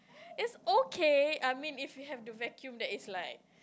it's okay I mean if you have the vacuum that is like